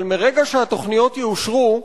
אבל מרגע שהתוכניות יאושרו,